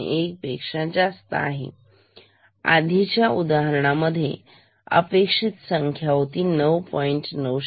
001पेक्षा जास्त आहे आणि आधीच्या उदाहरणामध्ये अपेक्षित संख्या होती 9